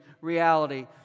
reality